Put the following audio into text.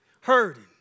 hurting